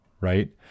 right